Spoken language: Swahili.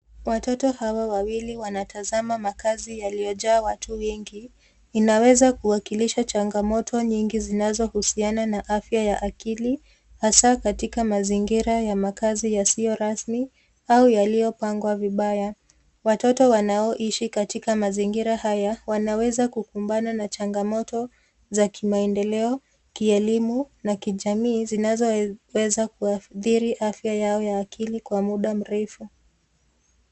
Watoto hawa wawili wanatazama makazi yaliyojaa watu wengi. Inaweza kuwakilisha changaoto nyingi zinazohusiana na afya ya akili hasa katika mazingira ya makazi yasiyo rasmi au yaliyopangwa vibaya. Watoto wanaoishi katika mazingira haya wanaweza kukumbana na changamoto za kimaendeleo, kielimu na kijamii zinazoweza kuathiri afya yao ya akili kwa muda mrefu.